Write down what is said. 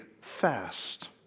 fast